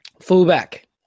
Fullback